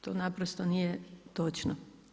To naprosto nije točno.